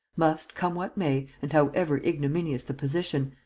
must, come what may and however ignominious the position,